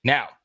Now